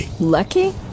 Lucky